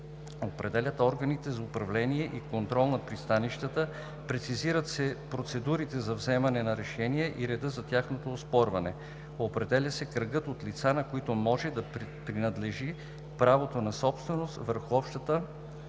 определят органите за управление и контрол на пристанищата, прецизират се процедурите за вземане на решения и реда за тяхното оспорване. Определя се кръгът от лица, на които може да принадлежи правото на собственост върху общата